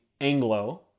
Anglo